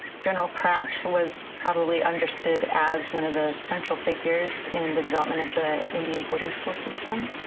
general pratt who was probably understood as one of the central figures in the development of the indian boarding school system